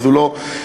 הוא לא מוגדר.